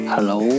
Hello